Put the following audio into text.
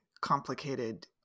complicated